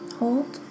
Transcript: hold